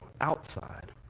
outside